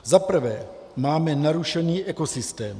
Za prvé máme narušený ekosystém.